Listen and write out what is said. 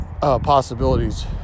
possibilities